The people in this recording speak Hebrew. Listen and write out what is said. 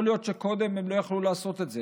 יכול להיות שקודם הם לא יכלו לעשות את זה,